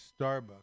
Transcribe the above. Starbucks